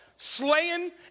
slaying